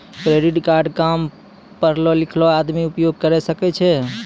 Credit card काम पढलो लिखलो आदमी उपयोग करे सकय छै?